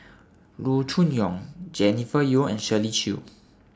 Loo Choon Yong Jennifer Yeo and Shirley Chew